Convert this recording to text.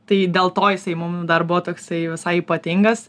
tai dėl to jisai mum dar buvo toksai visai ypatingas